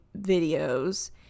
videos